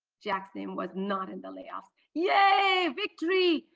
jack's name was not in the layoffs. yeah victory.